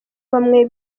bamwe